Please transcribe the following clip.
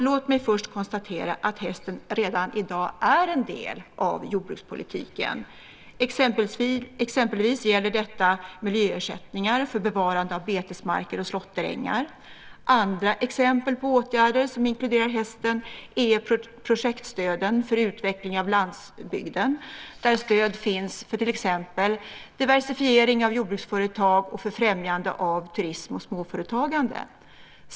Låt mig först konstatera att hästen redan i dag är en del av jordbrukspolitiken. Exempelvis gäller detta miljöersättningar för bevarande av betesmarker och slåtterängar. Andra exempel på åtgärder som inkluderar hästen är projektstöden för utveckling av landsbygden, där stöd finns för till exempel diversifiering av jordbruksföretag och för främjande av turism och småföretagande.